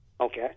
Okay